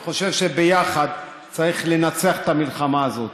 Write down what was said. אני חושב שביחד צריך לנצח את המלחמה הזאת.